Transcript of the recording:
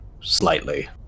slightly